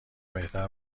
بهتر